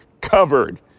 covered